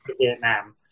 Vietnam